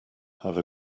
have